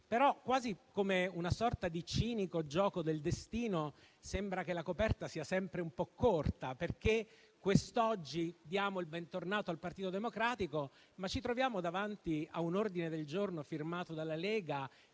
farlo. Quasi come una sorta di cinico gioco del destino, sembra che la coperta sia sempre un po' corta, perché quest'oggi diamo il bentornato al Partito Democratico, ma ci troviamo davanti a un ordine del giorno firmato dalla Lega